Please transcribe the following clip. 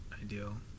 ideal